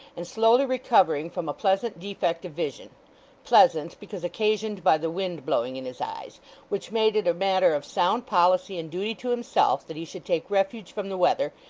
and slowly recovering from a pleasant defect of vision pleasant, because occasioned by the wind blowing in his eyes which made it a matter of sound policy and duty to himself, that he should take refuge from the weather,